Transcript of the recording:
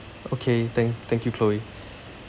okay thank thank you chloe